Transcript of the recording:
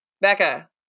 Becca